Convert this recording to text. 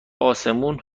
آسمون